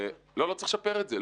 לא, לא צריך לשפר את זה.